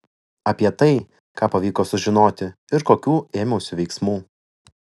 apie tai ką pavyko sužinoti ir kokių ėmiausi veiksmų